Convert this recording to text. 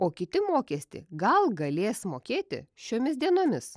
o kiti mokestį gal galės mokėti šiomis dienomis